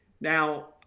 Now